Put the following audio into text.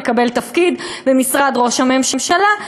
והוא מקבל תפקיד במשרד ראש הממשלה.